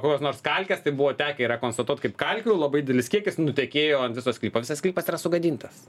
kokios nors kalkės tai buvo tekę yra konstatuot kaip kalkių labai didelis kiekis nutekėjo ant viso sklypo visas sklypas yra sugadintas